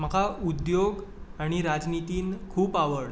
म्हाका उद्द्योग आनी राजनितींत खूब आवड